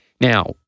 Now